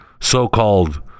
so-called